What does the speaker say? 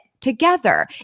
together